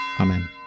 Amen